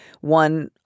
One